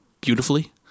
beautifully